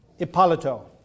Ippolito